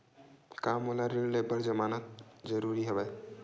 का मोला ऋण ले बर जमानत जरूरी हवय?